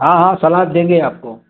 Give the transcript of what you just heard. हाँ हाँ सलाद देंगे आपको